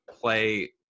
play